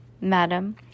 madam